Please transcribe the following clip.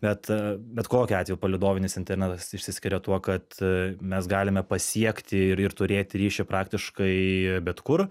bet bet kokiu atveju palydovinis internetas išsiskiria tuo kad mes galime pasiekti ir turėti ryšį praktiškai bet kur